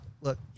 look